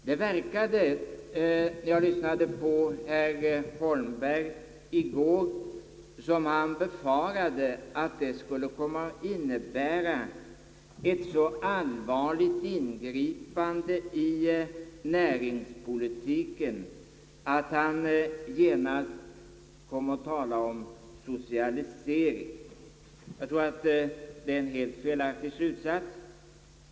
När jag lyssnade på herr Holmberg i går verkade det som om han befarade att det skulle komma att innebära ett så allvarligt ingripande i näringspolitiken att det föranledde honom att genast tala om socialisering. Jag tror att det är en helt felaktig slutsats.